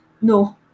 no